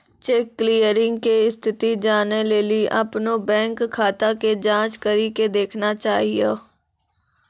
cheque clearing के स्थिति जानै लेली अपनो बैंक खाता के जांच करि के देखना चाहियो